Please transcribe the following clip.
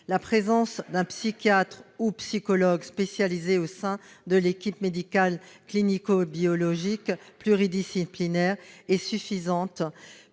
La présence d'un psychiatre ou d'un psychologue spécialisé au sein de l'équipe médicale clinicobiologique pluridisciplinaire est suffisante